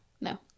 No